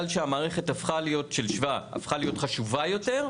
שהמערכת של שבא הפכה להיות חשובה יותר,